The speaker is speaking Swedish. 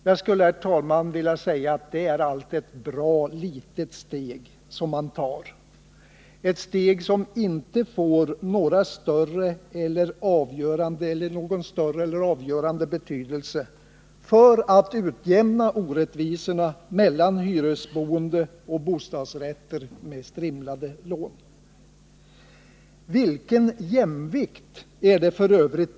Herr talman, jag skulle vilja säga att det är allt ett bra litet steg man tar, ett steg som inte får någon större eller avgörande betydelse för att utjämna orättvisorna mellan hyresboende och bostadsrätter med strimlade lån! Vilken jämvikt är det f.ö.